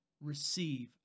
receive